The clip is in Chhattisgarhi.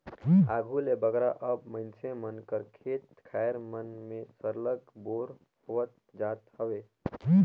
आघु ले बगरा अब मइनसे मन कर खेत खाएर मन में सरलग बोर होवत जात हवे